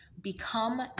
Become